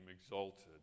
exalted